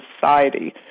society